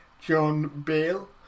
John-Bale